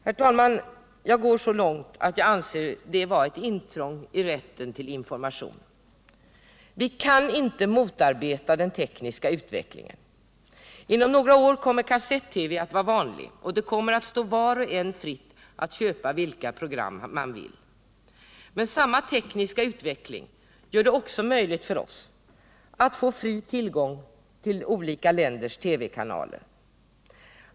Herr talman! Jag går så långt att jag anser detta vara ett intrång i rätten till information. Vi kan inte motarbeta den tekniska utvecklingen. Inom några år kommer kassett-TV att vara vanlig, och det kommer att stå var och en fritt att köpa vilka program man vill. Men samma tekniska utveckling gör det också möjligt för oss att få fri tillgång till de olika ländernas TV-kanaler.